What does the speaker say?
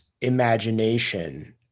imagination